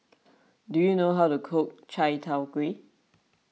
do you know how to cook Chai Tow Kuay